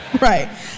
Right